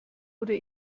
oder